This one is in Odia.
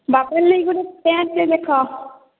ବାପାର ଲାଗି ଗୋଟିଏ ପ୍ୟାଣ୍ଟଟେ ଦେଖ